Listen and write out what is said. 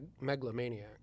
megalomaniac